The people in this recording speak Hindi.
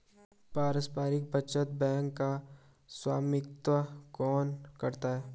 पारस्परिक बचत बैंक का स्वामित्व कौन करता है?